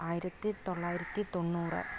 ആയിരത്തി തൊള്ളായിരത്തി തൊണ്ണൂറ്